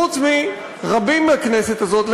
חוץ מרבים מהכנסת הזאת,